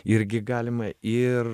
irgi galima ir